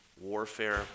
Warfare